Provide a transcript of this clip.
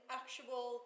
actual